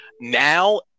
Now